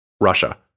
russia